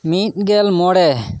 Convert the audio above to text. ᱢᱤᱫ ᱜᱮᱞ ᱢᱚᱬᱮ